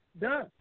done